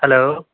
hello